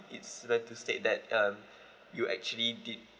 it's where to state that um you actually did